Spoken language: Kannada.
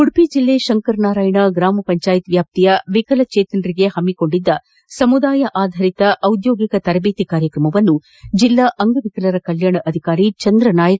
ಉಡುಪಿ ಜಿಲ್ಲೆ ಶಂಕರನಾರಾಯಣ ಗ್ರಾಮ ಪಂಜಾಯತ್ ವ್ಯಾಪ್ತಿಯ ವಿಕಲಜೇತನರಿಗೆ ಹಮ್ಮಿಕೊಂಡಿದ್ದ ಸಮುದಾಯ ಆಧಾರಿತ ಔದ್ಯೋಗಿಕ ತರಬೇತಿ ಕಾರ್ಯತ್ರಮವನ್ನು ಜಿಲ್ಲಾ ಅಂಗವಿಕಲರ ಕಲ್ಮಾಣ ಅಧಿಕಾರಿ ಚಂದ್ರ ನಾಯ್ಕ್